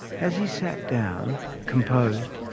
as he sat down, composed,